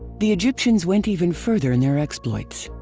the egyptians went even further in their exploits.